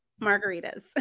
margaritas